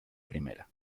primera